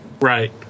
Right